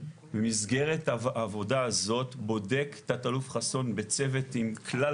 במסגרת העבודה הזאת בודק תת-אלוף חסון בצוות עם כלל